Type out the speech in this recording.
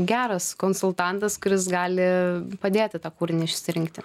geras konsultantas kuris gali padėti tą kūrinį išsirinkti